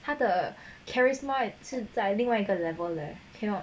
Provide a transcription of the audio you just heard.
他的 charisma 是在另外一个 level leh cannot